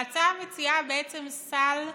ההצעה מציעה סל סיוע,